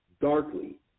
darkly